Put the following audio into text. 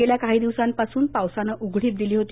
गेल्या काही दिवसांपासून पावसानं उघडीप दिली होती